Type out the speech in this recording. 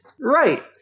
Right